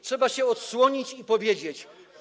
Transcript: Trzeba się odsłonić i to powiedzieć.